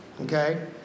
okay